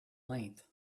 length